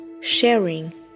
sharing